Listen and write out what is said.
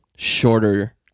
shorter